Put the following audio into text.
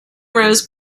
rose